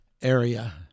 area